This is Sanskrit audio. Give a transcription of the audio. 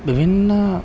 विभिन्नम्